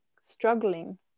struggling